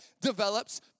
develops